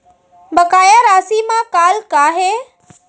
बकाया राशि मा कॉल का हे?